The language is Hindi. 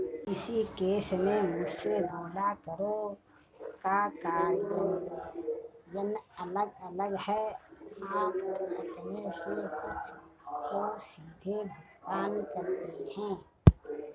ऋषिकेश ने मुझसे बोला करों का कार्यान्वयन अलग अलग है आप उनमें से कुछ को सीधे भुगतान करते हैं